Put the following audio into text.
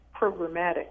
programmatic